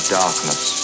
darkness